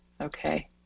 Okay